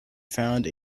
found